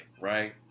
right